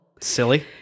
Silly